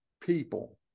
people